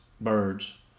birds